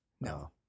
No